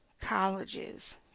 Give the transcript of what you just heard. colleges